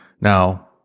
Now